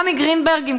רמי גרינברג,